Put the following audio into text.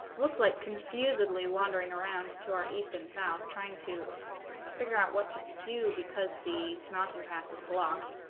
looks like confusedly wandering around to our east and south trying to figure out what to do because the mountain pass is blocked